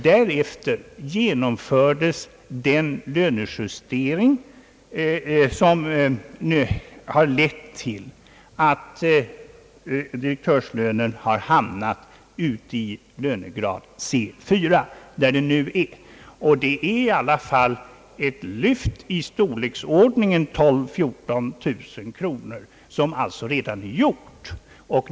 Därefter genomfördes den lönejustering, som har lett till att direktörslönen har hamnat i lönegrad C 4, där den nu befinner sig. Det innebär i alla fall ett lyft i storleksordningen 12 000 till 14 000 kronor, som alltså redan är gjort.